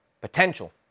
Potential